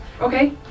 Okay